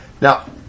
Now